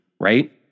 right